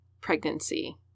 pregnancy